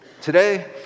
Today